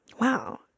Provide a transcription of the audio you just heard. wow